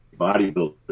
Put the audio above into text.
bodybuilder